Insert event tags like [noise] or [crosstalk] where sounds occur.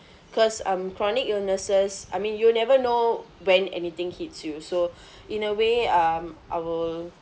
[breath] cause um chronic illnesses I mean you never know when anything hits you so [breath] in a way um I will